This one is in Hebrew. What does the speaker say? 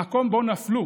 המקום שבו נפלו